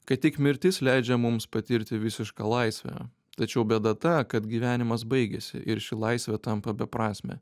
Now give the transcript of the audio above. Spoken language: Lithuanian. kad tik mirtis leidžia mums patirti visišką laisvę tačiau bėda ta kad gyvenimas baigiasi ir ši laisvė tampa beprasmė